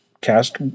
cast